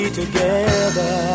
together